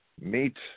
meet